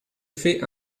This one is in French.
fait